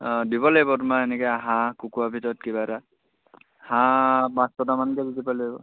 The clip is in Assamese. অঁ দিব লাগিব তোমাৰ এনেকৈ হাঁহ কুকুৰাৰ ভিতৰত কিবা এটা হাঁহ পাঁচ ছটামানকৈ দিব লাগিব